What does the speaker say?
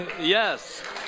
yes